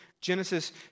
Genesis